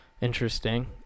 interesting